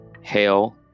Hail